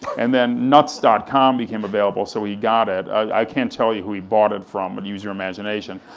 and then nuts dot com became available, so he got it, i can't tell you who he bought it from, but and use your imagination.